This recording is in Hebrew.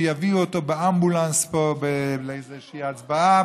שיביאו אותו באמבולנס לאיזושהי הצבעה,